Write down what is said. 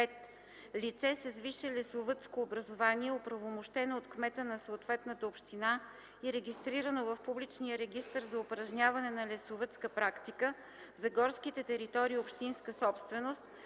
лице с висше лесовъдско образование, упълномощено от кмета на съответната община и регистрирано в публичния регистър за упражняване на лесовъдска практика – за горските територии, общинска собственост,